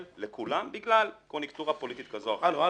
לכולם בגלל קוניוקטורה פוליטית כזו או אחרת.